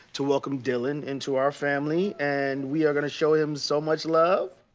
to welcome dylan into our family, and we are gonna show him so much love.